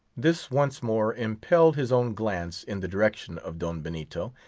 this once more impelled his own glance in the direction of don benito,